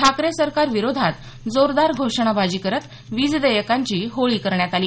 ठाकरे सरकार विरोधात जोरदार घोषणाबाजी करत वीज देयकांची होळी करण्यात आली